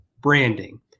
branding